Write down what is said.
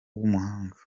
w’umuhanga